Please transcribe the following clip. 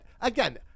again